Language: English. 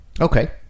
Okay